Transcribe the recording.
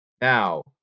Now